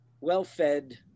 well-fed